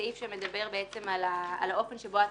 סעיף שמדבר על האופן שבו אתה